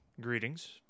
greetings